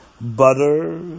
butter